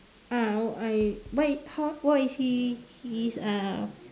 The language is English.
ah I what why how what is he his uh cakap je